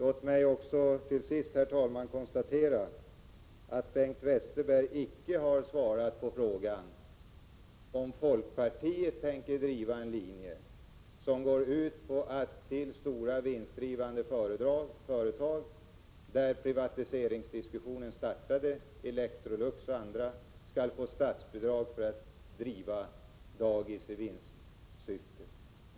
Låt mig också till sist konstatera att Bengt Westerberg icke har svarat på frågan om folkpartiet tänker driva en linje, som går ut på att stora vinstdrivande företag, där privatiseringsdiskussionen startade — Electrolux och andra — skall få statsbidrag för att driva daghem i vinstsyfte.